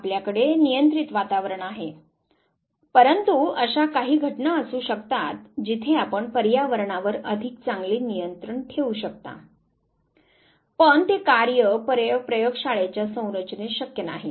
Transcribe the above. आपल्याकडे नियंत्रित वातावरण आहे परंतु अशा काही घटना असू शकतात जिथे आपण पर्यावरणावर अधिक चांगले नियंत्रण ठेवू शकता पण ते कार्य प्रयोग शाळेच्या संरचनेत शक्य नाही